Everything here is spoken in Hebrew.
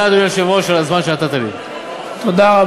תודה,